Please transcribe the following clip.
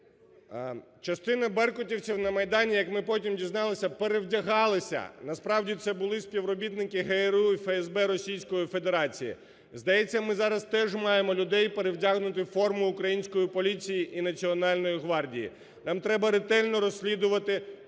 Частина беркутівців на Майдані, як ми потім дізналися, перевдягалися, насправді, це були співробітники ГРУ і ФСБ Російської Федерації. Здається, ми зараз теж маємо людей, перевдягнутих у форму української поліції і Національної гвардії. Нам треба ретельно розслідувати ці